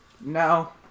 No